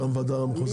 מטעם הוועדה המחוזית?